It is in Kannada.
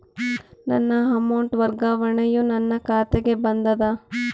ನನ್ನ ಅಮೌಂಟ್ ವರ್ಗಾವಣೆಯು ನನ್ನ ಖಾತೆಗೆ ಬಂದದ